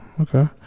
Okay